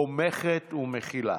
תומכת ומכילה.